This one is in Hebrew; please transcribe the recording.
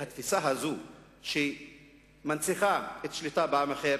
התפיסה הזאת שמנציחה את השליטה בעם אחר,